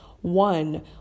One